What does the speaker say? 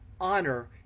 honor